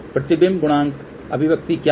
प्रतिबिंब गुणांक अभिव्यक्ति क्या है